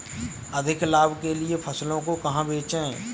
अधिक लाभ के लिए फसलों को कहाँ बेचें?